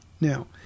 Now